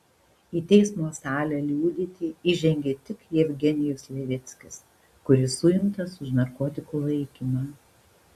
į teismo salę liudyti įžengė tik jevgenijus levickis kuris suimtas už narkotikų laikymą